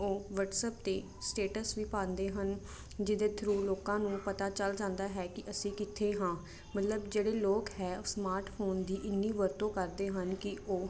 ਉਹ ਵਟਸਐਪ 'ਤੇ ਸਟੇਟਸ ਵੀ ਪਾਉਂਦੇ ਹਨ ਜਿਹਦੇ ਥਰੂ ਲੋਕਾਂ ਨੂੰ ਪਤਾ ਚੱਲ ਜਾਂਦਾ ਹੈ ਕਿ ਅਸੀਂ ਕਿੱਥੇ ਹਾਂ ਮਤਲਬ ਜਿਹੜੇ ਲੋਕ ਹੈ ਉਹ ਸਮਾਰਟਫੋਨ ਦੀ ਇੰਨੀ ਵਰਤੋਂ ਕਰਦੇ ਹਨ ਕਿ ਉਹ